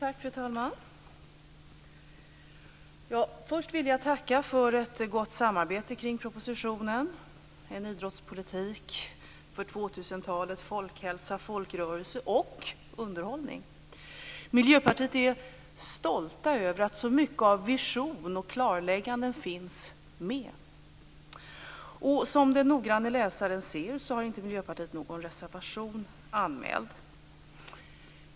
Fru talman! Först vill jag tacka för ett gott samarbete kring propositionen En idrottspolitik för 2000 Miljöpartiet är stolta över att så mycket av vision och klarlägganden finns med. Som den noggranne läsaren ser har inte Miljöpartiet någon reservation anmäld till betänkandet.